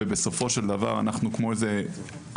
ובסופו של דבר אנחנו כמו עניים,